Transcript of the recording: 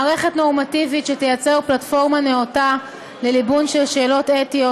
מערכת נורמטיבית שתייצר פלטפורמה נאותה לליבון של שאלות אתיות,